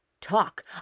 talk